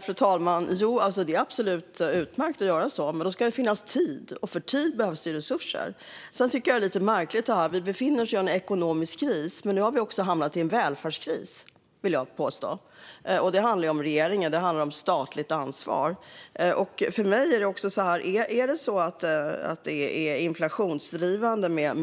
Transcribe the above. Fru talman! Det är absolut utmärkt att göra så. Då ska det dock finnas tid, och för tid behövs det resurser. Jag tycker att det är lite märkligt: Vi befinner oss i en ekonomisk kris, men nu har vi också hamnat i en välfärdskris, vill jag påstå. Det handlar om regeringen och om statligt ansvar. Är